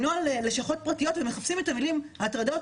בנוהל לשכות פרטיות ומחפשים את המילים הטרדות,